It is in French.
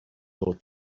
nos